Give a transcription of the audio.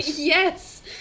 Yes